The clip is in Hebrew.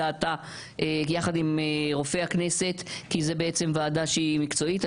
דעתה יחד עם רופא הכנסת כי זה בעצם ועדה שהיא מקצועית.